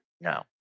No